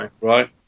Right